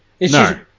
No